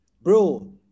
Bro